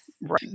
Right